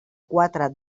quatre